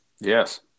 Yes